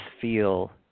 feel